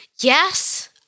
yes